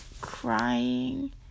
crying